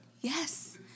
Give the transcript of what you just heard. Yes